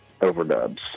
overdubs